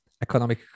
economic